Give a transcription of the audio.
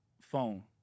phone